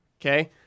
Okay